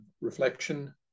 reflection